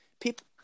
people